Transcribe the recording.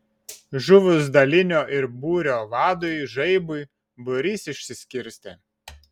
žuvus dalinio ir būrio vadui žaibui būrys išsiskirstė